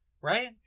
Right